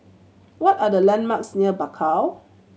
what are the landmarks near Bakau